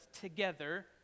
together